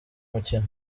mukino